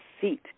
seat